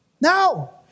No